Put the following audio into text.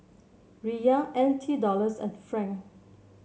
Riyal N T Dollars and Franc